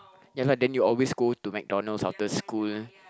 ya lah then you always go to McDonald's after school